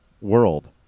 world